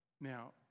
Now